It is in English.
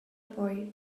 boy